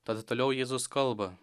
tada toliau jėzus kalba